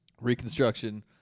Reconstruction